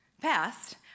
past